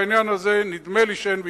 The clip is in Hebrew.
בעניין הזה נדמה לי שאין ויכוח,